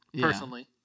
personally